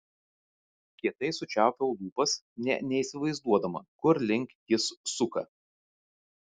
kietai sučiaupiu lūpas nė neįsivaizduodama kur link jis suka